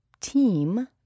team